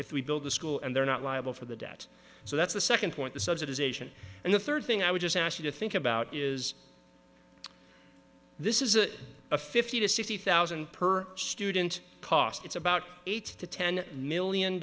if we build a school and they're not liable for the debt so that's the second point the subsidisation and the third thing i would just ask you to think about is this is a fifty to sixty thousand per student cost it's about eight to ten million